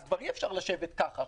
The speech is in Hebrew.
כבר אי אפשר לשבת ככה.